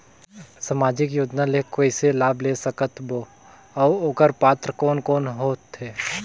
समाजिक योजना ले कइसे लाभ ले सकत बो और ओकर पात्र कोन कोन हो थे?